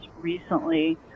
recently